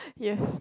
yes